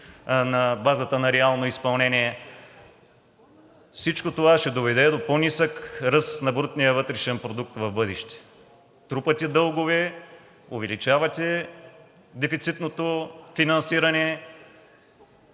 на базата на реално изпълнение и всичко това ще доведе до по-нисък ръст на брутния вътрешен продукт в бъдеще. Трупате дългове, увеличавате дефицитното финансиране.